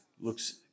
looks